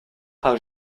par